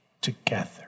together